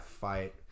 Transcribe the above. fight